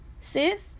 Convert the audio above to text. sis